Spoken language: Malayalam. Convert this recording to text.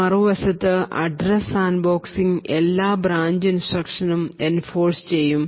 മറുവശത്ത് അഡ്രസ്സ് സാൻഡ്ബോക്സിംഗ് എല്ലാ ബ്രാഞ്ച് ഇൻസ്ട്രക്ഷൻ നും എൻഫോഴ്സ് ചെയ്യും